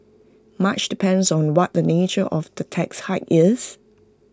much depends on what the nature of the tax hike is